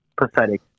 pathetic